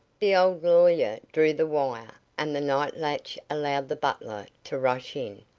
the old lawyer drew the wire, and the night latch allowed the butler to rush in.